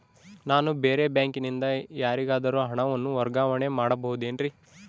ನಾನು ಬೇರೆ ಬ್ಯಾಂಕಿನಿಂದ ಯಾರಿಗಾದರೂ ಹಣವನ್ನು ವರ್ಗಾವಣೆ ಮಾಡಬಹುದೇನ್ರಿ?